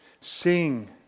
Sing